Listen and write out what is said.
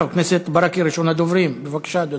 הצעות לסדר-היום מס' 2292,